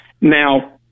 Now